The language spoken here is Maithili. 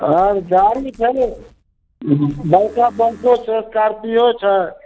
हँ गाड़ी छै नहि बड़का बसो छै स्कार्पिओ छै